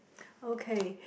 okay